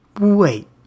Wait